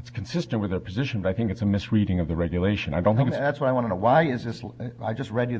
it's consistent with the position but i think it's a misreading of the regulation i don't think that's what i want to why is it i just read you